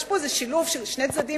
יש פה איזה שילוב של שני צדדים,